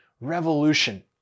revolution